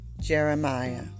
Jeremiah